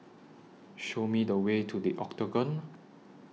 Show Me The Way to The Octagon